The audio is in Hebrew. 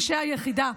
אנשי היחידה: